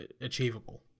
achievable